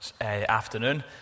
afternoon